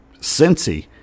Cincy